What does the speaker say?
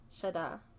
Shada